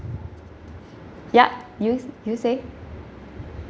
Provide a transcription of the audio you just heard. ya you s~ you say